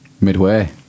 midway